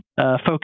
focus